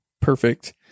Perfect